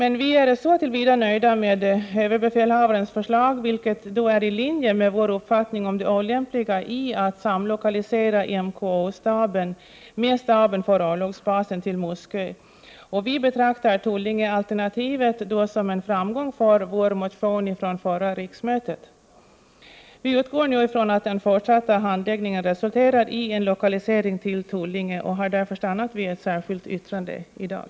Så till vida är vi nöjda med ÖB:s förslag, vilket är i linje med vår uppfattning om det olämpliga i att samlokalisera MKO-staben med staben för örlogsbasen på Muskö, som vi betraktar i Tullingealternativet som en framgång för vår motion från förra riksmötet. Vi utgår nu från att den fortsatta handläggningen resulterar i en lokalisering till Tullinge och har därför stannat vid ett särskilt yttrande i dag.